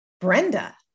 Brenda